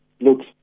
looks